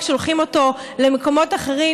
ישראל ולא רק שולחים אותו למקומות אחרים,